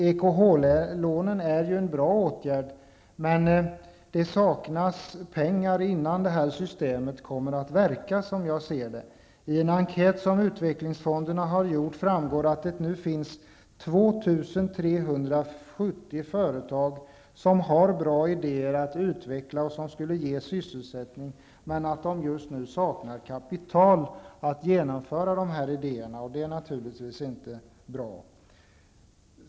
EKH-lånen är bra, men det saknas pengar innan systemet kommer att fungera, som jag ser det. I en enkät som utvecklingsfonderna har genomfört framgår att det nu finns 2 370 företag som har bra idéer att utvecklas, och som skulle ge sysselsättning men att det just nu saknas kapital för att förverkliga dessa idéer. Detta är naturligtvis inte bra.